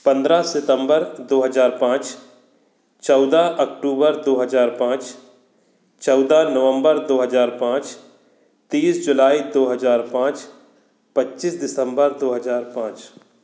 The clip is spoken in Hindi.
पंद्रह सितम्बर दो हज़ार पाँच चौदह अक्टूबर दो हज़ार पाँच चौदह नवम्बर दो हज़ार पाँच तीस जुलाई दो हज़ार पाँच पच्चीस दिसम्बर दो हज़ार पाँच